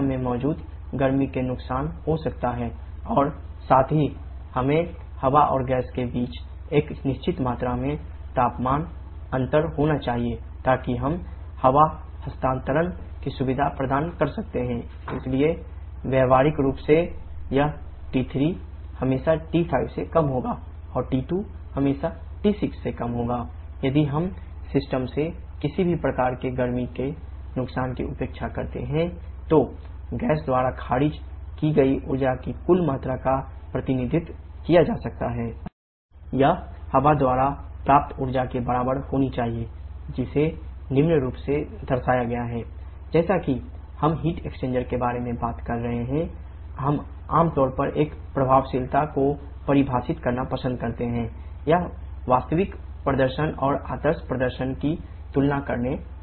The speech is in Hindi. आदर्श परिदृश्य से किसी भी तरह के गर्मी के नुकसान की उपेक्षा करते हैं तो गैस द्वारा खारिज की गई ऊर्जा की कुल मात्रा का प्रतिनिधित्व किया जा सकता है 𝑚̇gcpgT5 T6 यह हवा द्वारा प्राप्त ऊर्जा के बराबर होना चाहिए जिसे निम्न रूप में दर्शाया गया है 𝑚̇acpaT3 T2 जैसा कि हम हीट एक्सचेंजर के बारे में बात कर रहे हैं हम आम तौर पर एक प्रभावशीलता को परिभाषित करना पसंद करते हैं या वास्तविक प्रदर्शन और आदर्श प्रदर्शन की तुलना करने के लिए